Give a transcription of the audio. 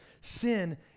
Sin